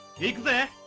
in the